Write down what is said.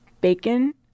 bacon